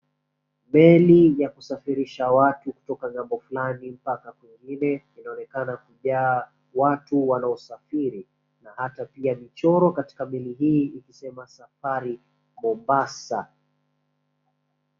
Meli ya kusafirisha watu kutoka ngambo fulani mpaka nyingine inaonekana kujaa watu wanaosafiri. Na hata pia michoro katika meli hii ikisema Safari Mombasa